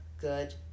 good